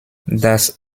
das